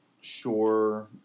sure